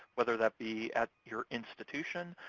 whether that be at your institution,